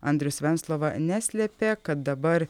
andrius venclova neslėpė kad dabar